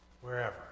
Wherever